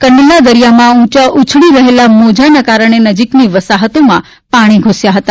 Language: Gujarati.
કંડલા દરિયામાં ઉચા ઉછળી રહેલા મોજાના કારણે નજીકની વસાહતોમાં પાણી ધૂસ્યા હતા